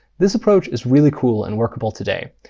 this approach is really cool and workable today,